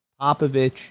Popovich